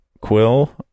Quill